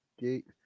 gate